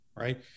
right